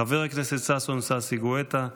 חבר הכנסת ששון ששי גואטה,